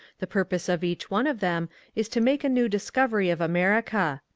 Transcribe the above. the purpose of each one of them is to make a new discovery of america.